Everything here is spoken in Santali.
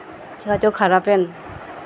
ᱪᱤᱠᱟᱹ ᱪᱚᱝ ᱠᱷᱟᱨᱟᱯ ᱮᱱ